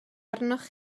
arnoch